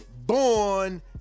born